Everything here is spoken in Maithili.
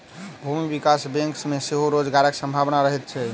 भूमि विकास बैंक मे सेहो रोजगारक संभावना रहैत छै